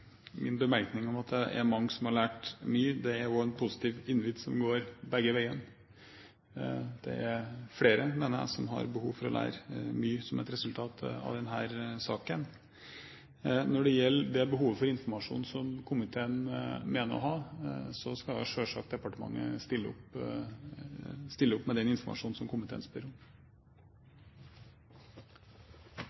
Min bemerkning om at det er mange som har lært mye, er en positiv invitt som går begge veier. Det er flere, mener jeg, som har behov for å lære mye, som et resultat av denne saken. Når det gjelder det behovet for informasjon som komiteen mener å ha, skal selvsagt departementet stille opp med den informasjonen som komiteen spør